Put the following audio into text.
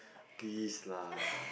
please lah